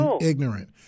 ignorant